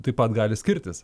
taip pat gali skirtis